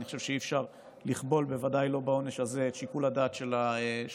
אני חושב שאי-אפשר לכבול את שיקול הדעת של השופטים,